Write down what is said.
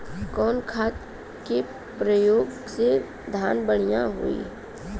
कवन खाद के पयोग से धान बढ़िया होई?